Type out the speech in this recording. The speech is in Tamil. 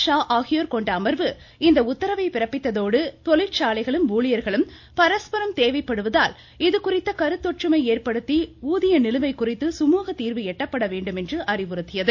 ஷா ஆகியோர் கொண்ட அமர்வு இந்த உத்தரவை பிறப்பித்ததோடு தொழிற்சாலைகளும் ஊழியர்களும் பரஸ்பரம் தேவைப்படுவதால் இதுகுறித்த கருத்தொற்றுமை ஏற்படுத்தி ஊதிய நிலுவை குறித்து சுமூகத்தீர்வு எட்டப்பட வேண்டும் என்று அறிவுறுத்தியுள்ளது